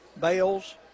Bales